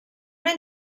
any